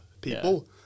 people